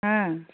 অঁ